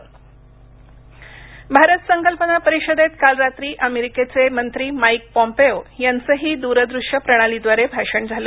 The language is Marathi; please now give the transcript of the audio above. पॉम्पेओ भारत संकल्पना परिषदेत काल रात्री अमेरिकेचे मंत्री माइक पॉम्पेओ यांचंही द्रदृश्य प्रणाली द्वारे भाषण झालं